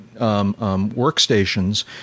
workstations